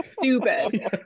stupid